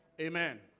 Amen